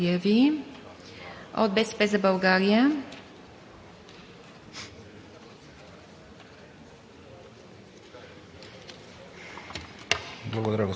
Благодаря Ви. От „БСП за България“?